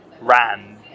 ran